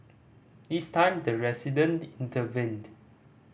this time the resident intervened